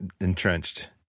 entrenched